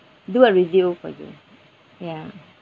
do a review for you ya